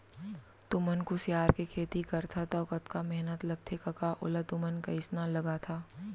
तुमन कुसियार के खेती करथा तौ कतका मेहनत लगथे कका ओला तुमन कइसना लगाथा